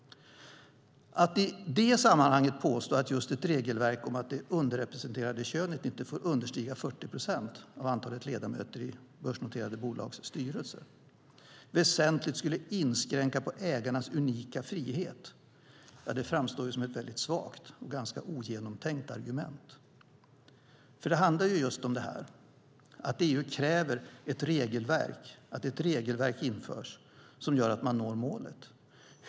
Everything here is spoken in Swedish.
Att i det sammanhanget påstå att just ett regelverk om att det underrepresenterade könet inte får understiga 40 procent av antalet ledamöter i börsnoterade bolags styrelser väsentligt skulle inkräkta på ägarnas unika frihet framstår som ett väldigt svagt och ganska ogenomtänkt argument. Det handlar just om det här, att EU kräver att ett regelverk införs som gör att man når målet.